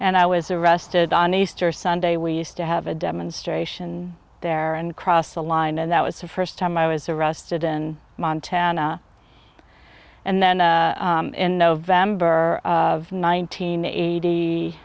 and i was arrested on easter sunday we used to have a demonstration there and cross the line and that was the first time i was arrested in montana and then in november of nineteen eighty